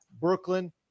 Brooklyn